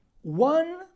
One